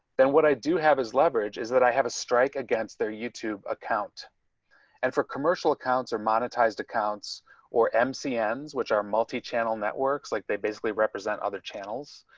and what i do have is leverage is that i have a strike against their youtube account and for commercial accounts are monetized accounts or mc ends which are multi channel networks like they basically represent other channels.